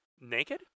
Naked